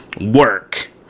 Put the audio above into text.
work